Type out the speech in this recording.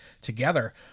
together